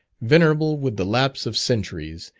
venerable with the lapse of centuries,